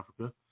Africa